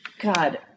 God